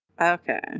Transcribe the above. Okay